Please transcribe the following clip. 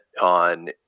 on